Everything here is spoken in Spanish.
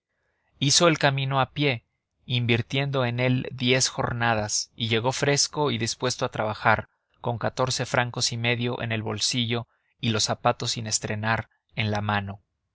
hizo el camino a pie invirtiendo en él diez jornadas y llegó fresco y dispuesto a trabajar con catorce francos y medio en el bolsillo y los zapatos sin estrenar en la mano